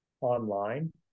online